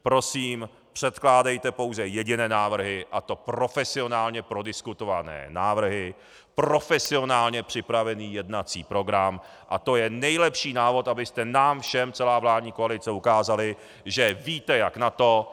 Prosím, předkládejte pouze jediné návrhy, a to profesionálně prodiskutované návrhy, profesionálně připravený jednací program a to je nejlepší návod, abyste nám všem celá vládní kolice ukázali, že víte jak na to.